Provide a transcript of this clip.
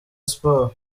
sports